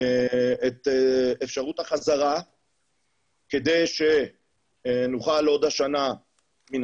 את אפשרות החזרה כדי שנוכל עוד השנה מן